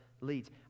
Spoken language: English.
leads